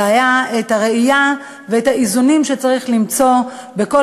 היה הראייה והאיזונים שצריך למצוא בכל